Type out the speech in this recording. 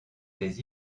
des